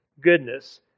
goodness